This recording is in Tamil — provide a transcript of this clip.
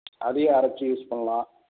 அதையும் அரைச்சி யூஸ் பண்ணலாம்